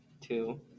two